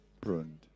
pruned